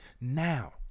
now